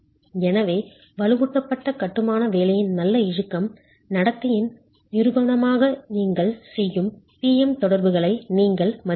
எனவே வலுவூட்டப்பட்ட கட்டுமான வேலையின் நல்ல இழுக்கும் நடத்தையின் நிரூபணமாக நீங்கள் செய்யும் P M தொடர்புகளை நீங்கள் மதிக்கிறீர்கள்